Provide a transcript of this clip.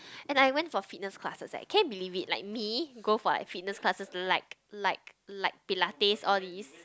and I went for fitness classes eh can you believe it like me go for like fitness classes like like like Pilates all these